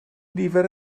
nifer